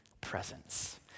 presence